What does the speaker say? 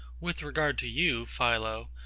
with regard to you, philo,